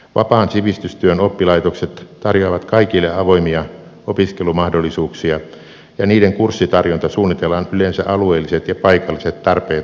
vapaan sivistystyön oppilaitokset tarjoavat kaikille avoimia opiskelumahdollisuuksia ja niiden kurssitarjonta suunnitellaan yleensä alueelliset ja paikalliset tarpeet huomioon ottaen